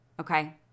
Okay